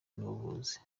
n’ubuvuzi